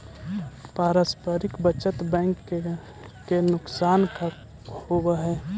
पारस्परिक बचत बैंक के का नुकसान होवऽ हइ?